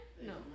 No